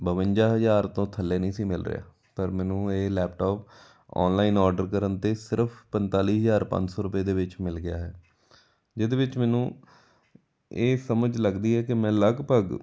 ਬਵੰਜ਼ਾ ਹਜ਼ਾਰ ਤੋਂ ਥੱਲੇ ਨਹੀਂ ਸੀ ਮਿਲ ਰਿਹਾ ਪਰ ਮੈਨੂੰ ਇਹ ਲੈਪਟੋਪ ਔਨਲਾਈਨ ਔਡਰ ਕਰਨ 'ਤੇ ਸਿਰਫ ਪੰਤਾਲੀ ਹਜ਼ਾਰ ਪੰਜ ਸੌ ਰੁਪਏ ਦੇ ਵਿੱਚ ਮਿਲ ਗਿਆ ਹੈ ਜਿਹਦੇ ਵਿੱਚ ਮੈਨੂੰ ਇਹ ਸਮਝ ਲੱਗਦੀ ਹੈ ਕਿ ਮੈਂ ਲਗਭਗ